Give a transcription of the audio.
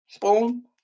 boom